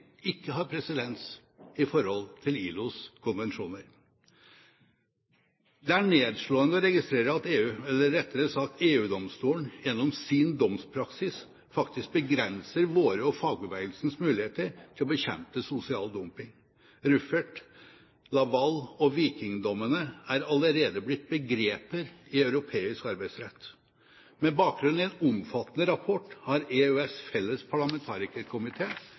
ikke har presedens i forhold til ILOs konvensjoner. Det er nedslående å registrere at EU, eller rettere sagt EF-domstolen, gjennom sin domspraksis faktisk begrenser våre og fagbevegelsens muligheter til å bekjempe sosial dumping. Rüffert-, Laval- og Viking Line-dommene er allerede blitt begreper i europeisk arbeidsrett. Med bakgrunn i en omfattende rapport har EØS' felles